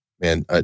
man